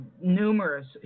numerous